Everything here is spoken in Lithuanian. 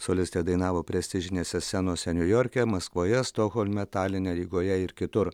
solistė dainavo prestižinėse scenose niujorke maskvoje stokholme taline rygoje ir kitur